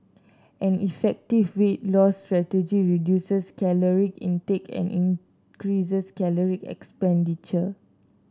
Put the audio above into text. an effective weight loss strategy reduces caloric intake and increases caloric expenditure